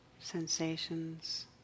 Sensations